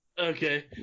okay